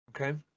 okay